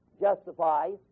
justifies